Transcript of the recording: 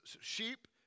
Sheep